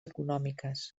econòmiques